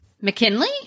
McKinley